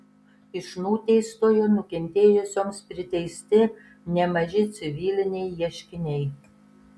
iš nuteistojo nukentėjusioms priteisti nemaži civiliniai ieškiniai